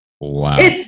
Wow